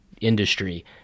industry